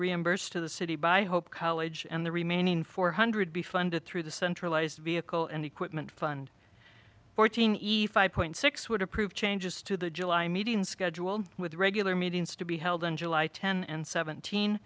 reimbursed to the city by hope college and the remaining four hundred be funded through the centralised vehicle and equipment fund fourteen point six would approve changes to the july meeting schedule with regular meetings to be held in july ten and seventeen